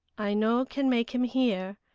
i no can make him hear,